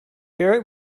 barrett